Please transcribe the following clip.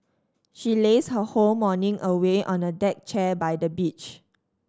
she lazed her whole morning away on a deck chair by the beach